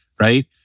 right